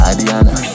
Adiana